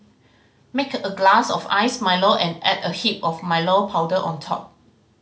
make a glass of iced Milo and add a heap of Milo powder on top